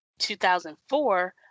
2004